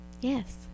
Yes